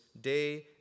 day